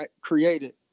created